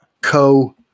co